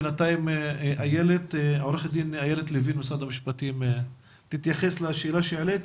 בינתיים עו"ד אילת לוין ממשרד המשפטים תתייחס לשאלה שהעליתי